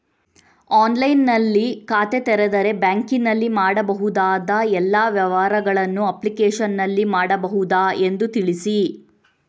ಆನ್ಲೈನ್ನಲ್ಲಿ ಖಾತೆ ತೆರೆದರೆ ಬ್ಯಾಂಕಿನಲ್ಲಿ ಮಾಡಬಹುದಾ ಎಲ್ಲ ವ್ಯವಹಾರಗಳನ್ನು ಅಪ್ಲಿಕೇಶನ್ನಲ್ಲಿ ಮಾಡಬಹುದಾ ಎಂದು ತಿಳಿಸಿ?